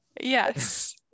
yes